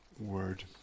word